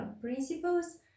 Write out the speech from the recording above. principles